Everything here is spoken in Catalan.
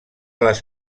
les